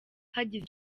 hagize